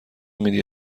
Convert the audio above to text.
میدی